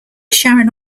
sharon